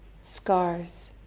scars